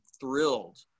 thrilled